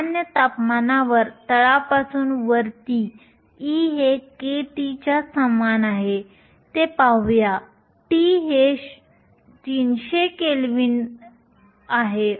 सामान्य तापमानावर तळापासून वरती E हे kT च्या सामान आहे ते पाहूया T हे 300 केल्विन आहे